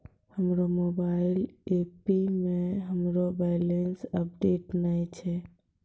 हमरो मोबाइल एपो मे हमरो बैलेंस अपडेट नै छै